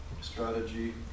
strategy